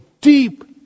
deep